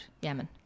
Yemen